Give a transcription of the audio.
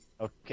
Okay